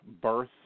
birth